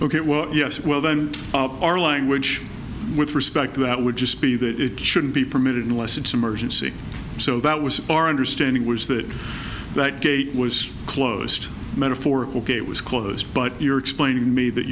ok well yes well then our language with respect to that would just be that it shouldn't be permitted unless it's emergency so that was our understanding was that that gate was closed metaphorical gate was closed but you're explaining to me that